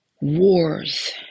wars